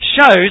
shows